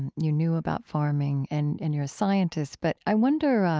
and you knew about farming. and and you're a scientist. but i wonder